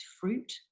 fruit